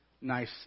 nice